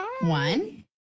one